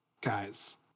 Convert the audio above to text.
guys